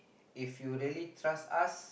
if you really trust us